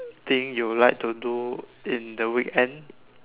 thing you like to do in the weekend